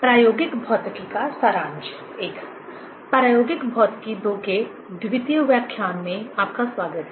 प्रायोगिक भौतिकी II के द्वितीय व्याख्यान में आपका स्वागत है